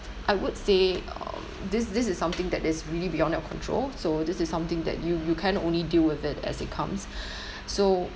I would say uh this this is something that is really beyond your control so this is something that you you can only deal with it as it comes so